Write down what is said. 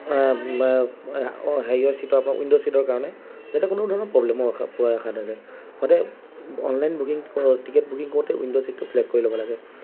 যাতে কোনো ধৰণৰ প্ৰব্লেম পোৱা দেখা নাযায় সদায় অনলাইন বুকিং টিকেট বুকিং কৰোঁতে উইণ্ড' ছিটটো ছিলেক্ট কৰি ল'ব লাগে